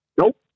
Nope